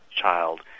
child